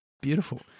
Beautiful